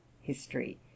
history